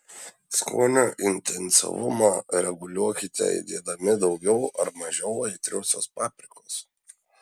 skonio intensyvumą reguliuokite įdėdami daugiau ar mažiau aitriosios paprikos